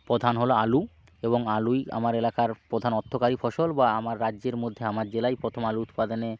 প্রধান হলো আলু এবং আলুই আমার এলাকার প্রধান অর্থকরী ফসল বা আমার রাজ্যের মধ্যে আমার জেলাই প্রথম আলু উৎপাদনে